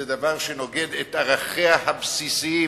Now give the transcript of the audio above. וזה דבר שנוגד את ערכיה הבסיסיים